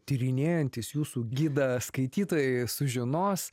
tyrinėjantys jūsų gidą skaitytojai sužinos